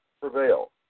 prevail